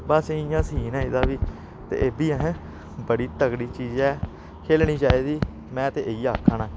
बस इ'यां सीन ऐ एह्दा बी ते एह् बी असें बड़ी तगड़ी चीज ऐ खेलनी चाहिदी में ते इ'यै आक्खा ना